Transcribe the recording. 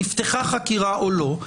נפתחה חקירה או לא,